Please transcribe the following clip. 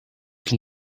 can